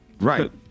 Right